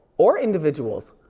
or individuals.